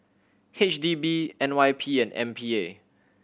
H D B N Y P and M P A